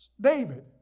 David